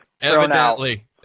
Evidently